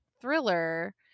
thriller